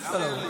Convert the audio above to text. הוא מסתיר לי.